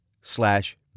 slash